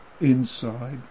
inside